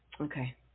Okay